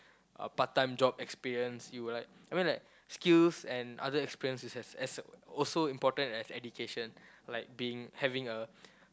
a part time job experience you will like I mean like skills and other experiences as as also important as education like being having a